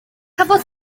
cafodd